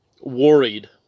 worried